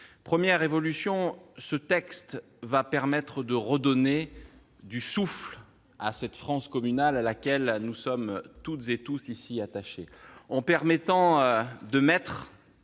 Première évolution : le texte va permettre de redonner du souffle à cette France communale à laquelle nous sommes toutes et tous attachés ici, en permettant de mettre-